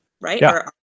right